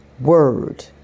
word